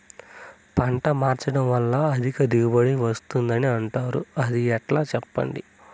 పంట మార్చడం వల్ల అధిక దిగుబడి వస్తుందని అంటారు అది ఎట్లా సెప్పండి